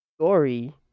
story